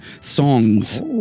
songs